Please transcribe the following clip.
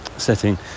setting